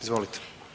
Izvolite.